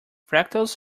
fractals